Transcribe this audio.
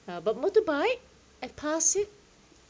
but motorbike I pass it